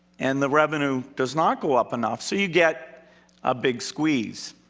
and the revenue does not go up enough. so you get a big squeeze.